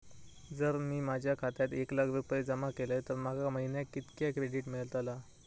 जर मी माझ्या खात्यात एक लाख रुपये जमा केलय तर माका महिन्याक कितक्या क्रेडिट मेलतला?